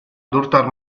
durtar